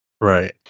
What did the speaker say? Right